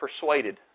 persuaded